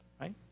right